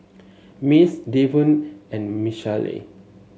Mace Davon and Michaele